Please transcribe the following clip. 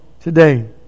today